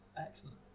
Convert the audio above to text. excellent